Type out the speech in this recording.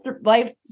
life